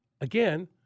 Again